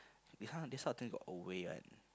this kind of thing got a way one